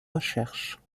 recherches